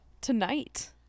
Tonight